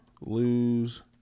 lose